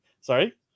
Sorry